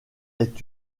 est